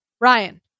Ryan